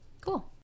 Cool